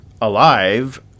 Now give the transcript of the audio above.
alive